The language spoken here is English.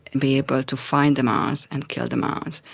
and be able to find the mouse and kill the mouse.